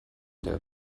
der